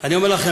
אני אומר לכם,